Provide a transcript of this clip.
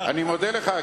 אני מודה לך.